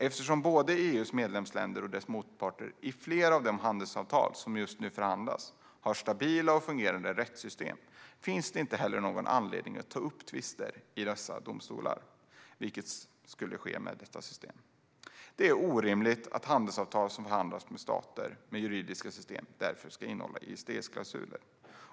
Eftersom både EU:s medlemsländer och dess motparter i flera av de handelsavtal som nu förhandlas har stabila och fungerande rättssystem finns ingen anledning att ta upp tvister i internationella domstolar, vilket kan ske med nuvarande system. Det är orimligt att handelsavtal som förhandlats med stater med fungerande juridiska system ska innehålla ISDS-klausuler.